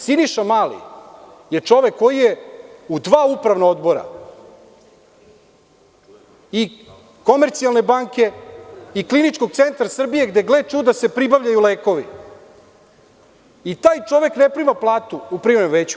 Siniša Mali je čovek koji je u dva upravna odbora, „Komercijalne banke“, „Kliničkog centra Srbije“, gde gle čuda se pribavljaju lekovi, taj čovek ne prima platu u Privremenom veću.